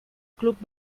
club